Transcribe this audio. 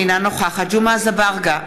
אינה נוכחת ג'מעה אזברגה,